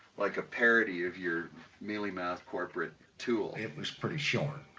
like a parody of your mealy-mouthed corporate tool. it was pretty short.